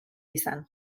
izan